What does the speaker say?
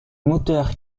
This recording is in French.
moteur